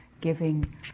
giving